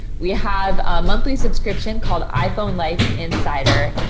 we have a monthly subscription called iphone life insider.